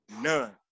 none